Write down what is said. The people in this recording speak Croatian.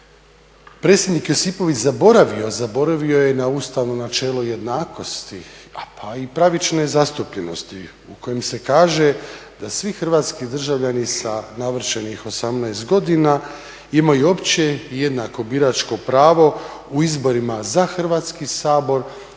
predsjednik Josipović zaboravio, zaboravio je na ustavno načelo jednakosti pa i pravične zastupljenosti u kojem se kaže da svi hrvatski državljani sa navršenih 18 godina imaju opće i jednako biračko pravo u izborima za Hrvatski sabor,